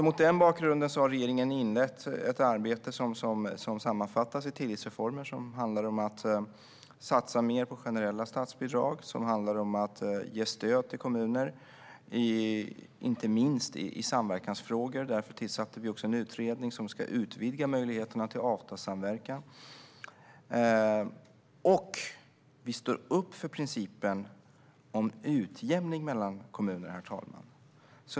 Mot den bakgrunden har regeringen inlett ett arbete som sammanfattas i tilläggsreformer som handlar om att satsa mer på generella statsbidrag och att ge stöd till kommuner, inte minst i samverkansfrågor. Därför tillsatte vi också en utredning som ska utvidga möjligheterna till avtalssamverkan. Herr talman! Vi står upp för principen om utjämning mellan kommuner.